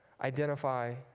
Identify